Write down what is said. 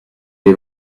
les